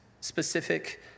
specific